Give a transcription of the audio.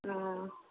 हँ